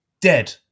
dead